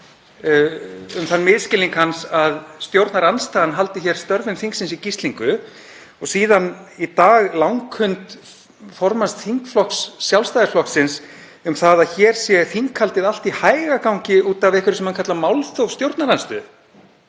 um þann misskilning hans að stjórnarandstaðan haldi störfum þingsins í gíslingu, og síðan í dag í langhund formanns þingflokks Sjálfstæðisflokksins um að þinghaldið sé allt í hægagangi út af einhverju sem hann kallar málþóf stjórnarandstöðunnar.